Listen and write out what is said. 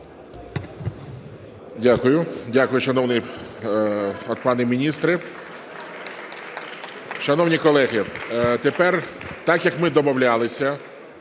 Дякую, шановний пане міністре. Шановні колеги, тепер, так як ми домовлялися,